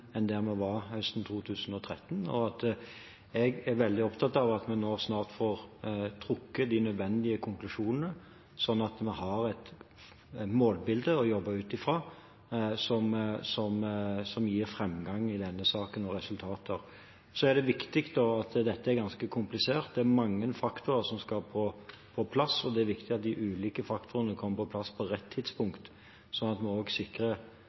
enn der vi var høsten 2013. Jeg er veldig opptatt av at vi nå snart får trukket de nødvendige konklusjonene, slik at vi har et målbilde å jobbe ut fra som gir framgang og resultater i denne saken. Dette er ganske komplisert, det er mange faktorer som skal på plass, og det er viktig at de ulike faktorene kommer på plass på rett tidspunkt, slik at vi sikrer at vi bruker ressursene riktig. Og